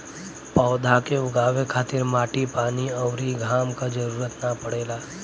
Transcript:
पौधा के उगावे खातिर माटी पानी अउरी घाम क जरुरत ना पड़ेला